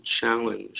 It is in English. challenge